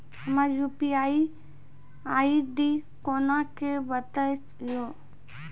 हमर UPI ID कोना के बनत यो?